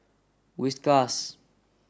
Whiskas